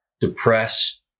depressed